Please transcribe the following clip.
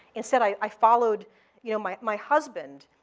instead, i followed you know my my husband,